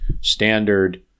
standard